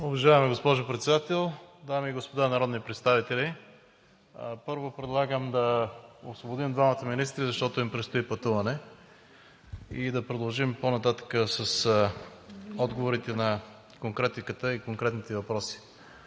Уважаема госпожо Председател, дами и господа народни представители! Първо предлагам да освободим двамата министри, защото им предстои пътуване, и да продължим по-нататък с отговорите на конкретните въпроси.